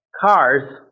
cars